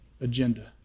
agenda